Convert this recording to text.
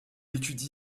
étudie